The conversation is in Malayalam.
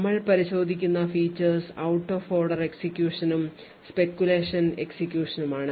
നമ്മൾ പരിശോധിക്കുന്ന features ഔട്ട് ഓഫ് ഓർഡർ എക്സിക്യൂഷനും speculation എക്സിക്യൂഷനുമാണ്